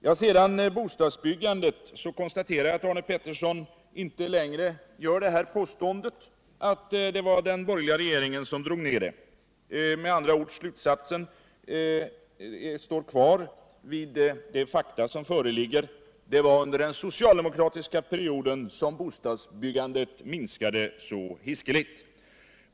Beträffande bostadsbyggandet konstaterar jag att Arne Pettersson inte längre påstår att den borgerliga regeringen har dragit ned det. Slutsatsen blir med andra ord att det var under den socialdemokratiska regeringsperioden som bostadsbyggandet minskade så hiskeligt.